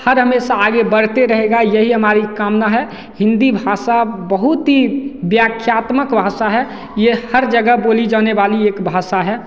हर हमेशा आगे बढ़ते रहेगा यही हमारी कामना है हिंदी भाषा बहुत ही व्याख्यात्मक भाषा है ये हर जगह बोली जाने वाली एक भाषा है